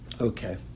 Okay